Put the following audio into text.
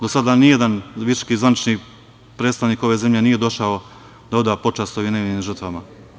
Do sada ni jedan visoki zvaničnik, predstavnik ove zemlje nije došao da oda počast ovim nevinim žrtvama.